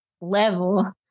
level